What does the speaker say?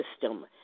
system